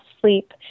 sleep